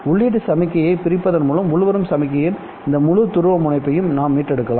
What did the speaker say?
உள்ளீட்டு சமிக்ஞையை பிரிப்பதன் மூலம் உள்வரும் சமிக்ஞையின் இந்த முழு துருவமுனைப்பையும் நீங்கள் மீட்டெடுக்கலாம்